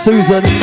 Susan